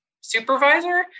supervisor